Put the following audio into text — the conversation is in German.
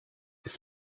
ist